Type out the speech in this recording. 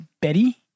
Betty